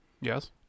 Yes